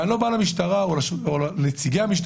אני לא בא למשטרה ולנציגיה פה